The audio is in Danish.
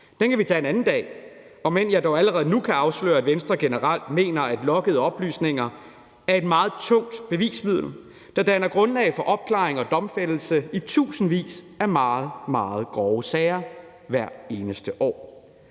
Den kan vi tage en anden dag, om end jeg dog allerede nu kan afsløre, at Venstre generelt mener, at loggede oplysninger er et meget tungt bevismiddel, der danner grundlag for opklaring og domfældelse i tusindvis af meget, meget grove sager hvert eneste år.